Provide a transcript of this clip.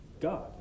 God